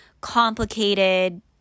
complicated